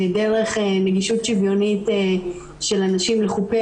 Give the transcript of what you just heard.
דרך נגישות שוויונית של אנשים לחופי